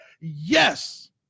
yes